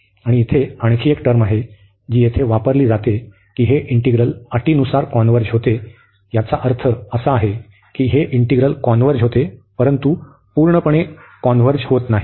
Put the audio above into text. आणि इथे आणखी एक टर्म आहे जी येथे वापरली जाते की हे इंटिग्रल अटीनुसार कॉन्व्हर्ज होते याचा अर्थ असा की हे इंटिग्रल कॉन्व्हर्ज होते परंतु पूर्णपणे एकत्रित होत नाही